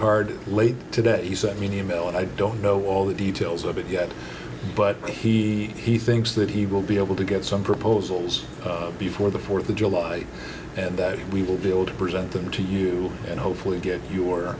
hard late today he sent me an e mail and i don't know all the details of it yet but he he thinks that he will be able to get some proposals before the fourth of july and that we will build present them to you and hopefully get your